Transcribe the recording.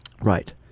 Right